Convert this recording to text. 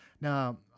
Now